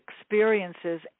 experiences